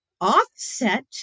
offset